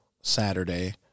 Saturday